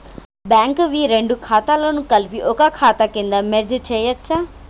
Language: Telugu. బ్యాంక్ వి రెండు ఖాతాలను కలిపి ఒక ఖాతా కింద మెర్జ్ చేయచ్చా?